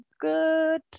good